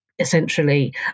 Essentially